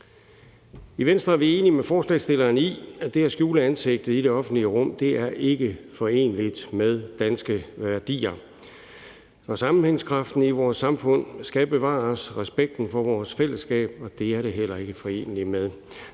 I Venstre er vi enige med forslagsstilleren i, at det at skjule ansigtet i det offentlige rum ikke er foreneligt med danske værdier. Og sammenhængskraften i vores samfund og respekten for vores fællesskab skal bevares, og det er det heller ikke foreneligt med.